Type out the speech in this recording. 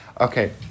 Okay